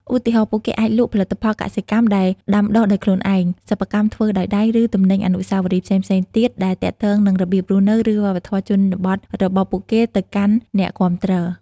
ឧទាហរណ៍ ពួកគេអាចលក់ ផលិតផលកសិកម្ម ដែលដាំដុះដោយខ្លួនឯង សិប្បកម្មធ្វើដោយដៃ ឬ ទំនិញអនុស្សាវរីយ៍ផ្សេងៗទៀត ដែលទាក់ទងនឹងរបៀបរស់នៅ ឬវប្បធម៌ជនបទរបស់ពួកគេទៅកាន់អ្នកគាំទ្រ។